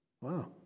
wow